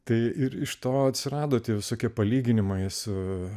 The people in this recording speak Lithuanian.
tai ir iš to atsirado tie visokie palyginimai su